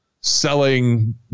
selling